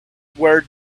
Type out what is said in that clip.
where